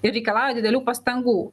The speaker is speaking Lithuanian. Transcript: ir reikalauja didelių pastangų